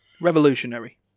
Revolutionary